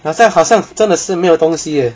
好像好像真的是没有东西 eh